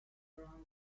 around